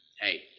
Hey